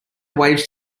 waves